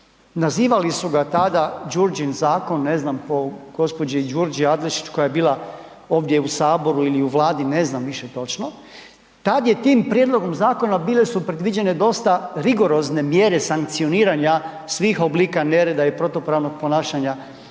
nazivali su ga tada Đurđin zakon, ne znam po, gđi. Durđi Adlešič koja je bila ovdje u Saboru ili u Vladi, ne znam više točno, tad je tim prijedlogom zakona bile su predviđene dosta rigorozne mjere sankcioniranja svih oblika nereda i protupravnog ponašanja